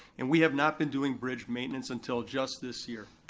and we have not been doing bridge maintenance until just this year.